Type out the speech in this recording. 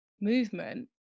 movement